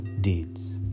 deeds